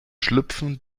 schlüpfen